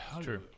True